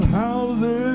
houses